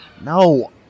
No